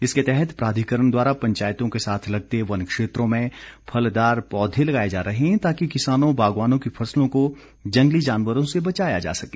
इसके तहत प्राधिकरण द्वारा पंचायतों के साथ लगते वन क्षेत्रों में फलदार पौधे लगाए जा रहे हैं ताकि किसानों बागवानों की फसलों को जंगली जानवरों से बचाया जा सके